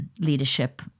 leadership